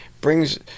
brings